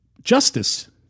justice